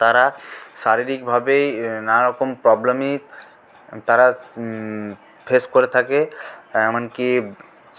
তারা শারীরিকভাবেই নানারকম প্রবলেমে তারা ফেস করে থাকে এমনকি